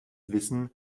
wissen